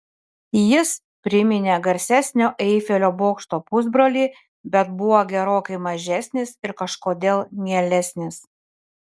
jis priminė garsesnio eifelio bokšto pusbrolį bet buvo gerokai mažesnis ir kažkodėl mielesnis